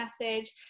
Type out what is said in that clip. message